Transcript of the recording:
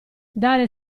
dare